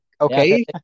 Okay